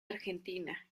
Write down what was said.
argentina